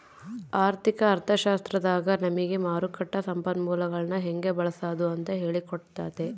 ಆರ್ಥಿಕ ಅರ್ಥಶಾಸ್ತ್ರದಾಗ ನಮಿಗೆ ಮಾರುಕಟ್ಟ ಸಂಪನ್ಮೂಲಗುಳ್ನ ಹೆಂಗೆ ಬಳ್ಸಾದು ಅಂತ ಹೇಳಿ ಕೊಟ್ತತೆ